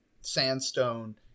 Sandstone